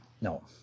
No